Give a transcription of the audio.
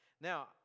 Now